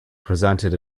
presented